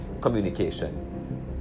communication